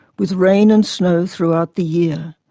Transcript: with rain and snow throughout the year.